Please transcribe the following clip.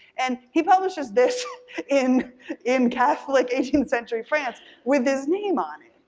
and he publishes this in in catholic eighteenth century france with his name on it,